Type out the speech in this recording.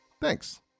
Thanks